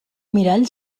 mirall